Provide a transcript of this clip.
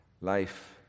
life